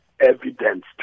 evidence